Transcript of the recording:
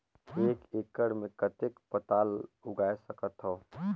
एक एकड़ मे कतेक पताल उगाय सकथव?